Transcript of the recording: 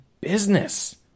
business